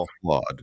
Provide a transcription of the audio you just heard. flawed